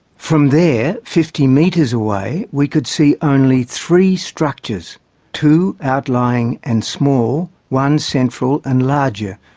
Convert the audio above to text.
from there, fifty metres away we could see only three structures two outlying and small, one central and larger,